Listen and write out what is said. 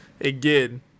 again